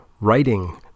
writing